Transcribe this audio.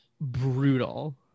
brutal